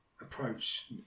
approach